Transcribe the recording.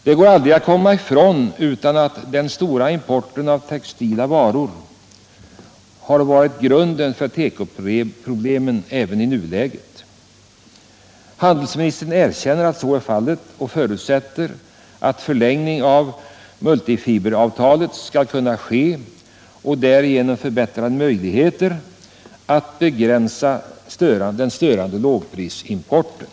Det går inte att komma ifrån det faktum att den stora importen av textila varor utgör huvudorsaken till tekoproblemen även i nuläget. Handelsministern erkänner att så är fallet och förutsätter att en förlängning av multifiberavtalet skall kunna ske, varigenom vi får bättre möjligheter att begränsa den störande lågprisimporten.